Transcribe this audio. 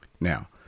Now